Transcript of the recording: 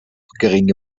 geringe